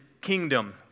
kingdom